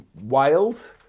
wild